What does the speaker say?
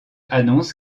annonce